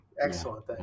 Excellent